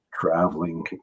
traveling